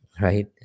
Right